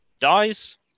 dies